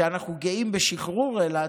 שאנחנו גאים בשחרור אילת,